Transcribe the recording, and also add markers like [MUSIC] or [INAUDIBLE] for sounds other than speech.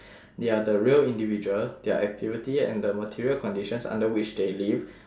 [BREATH] they are the real individual their activity and the material conditions under which they live